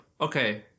okay